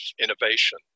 innovation